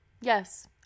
Yes